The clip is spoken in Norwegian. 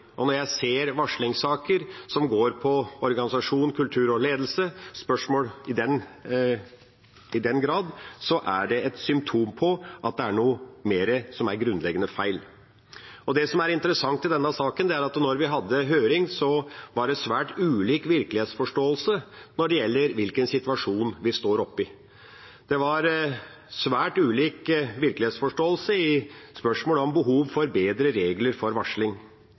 og når jeg ser varslingssaker som går på organisasjon, kultur og ledelse – spørsmål om det – tenker jeg at det er et symptom på at det er noe mer som er grunnleggende feil. Det som er interessant i denne saken, er at da vi hadde høring, var det svært ulik virkelighetsforståelse når det gjelder hvilken situasjon vi står oppe i. Det var svært ulik virkelighetsforståelse i spørsmålet om behov for bedre regler for varsling.